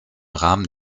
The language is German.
rahmen